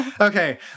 Okay